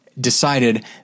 decided